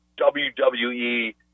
WWE